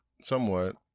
Somewhat